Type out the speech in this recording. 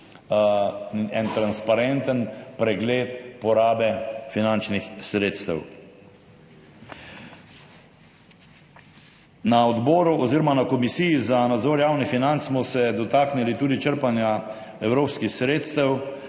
en transparenten pregled porabe finančnih sredstev. Na Komisiji za nadzor javnih financ smo se dotaknili tudi črpanja evropskih sredstev.